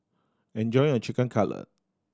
enjoy your Chicken Cutlet